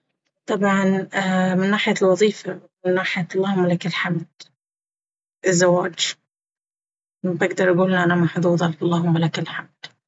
طبعا من ناحية الوظيفة ومن ناحية اللهم لك الحمد الزواج أقدر أقول أنا محظوظة اللهم لك الحمد.